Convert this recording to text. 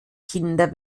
kinder